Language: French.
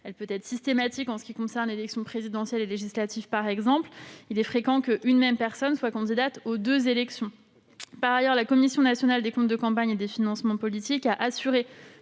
Elle est même systématique en ce qui concerne le scrutin présidentiel et les élections législatives. Il est fréquent qu'une même personne soit candidate à ces deux élections. Par ailleurs, la Commission nationale des comptes de campagne et des financements politiques a assuré